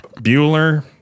Bueller